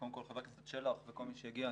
קודם כל חבר הכנסת שלח וכל מי שהגיע,